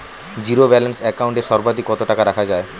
Zero balance account এ সর্বাধিক কত টাকা রাখা য়ায়?